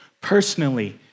personally